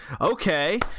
okay